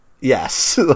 yes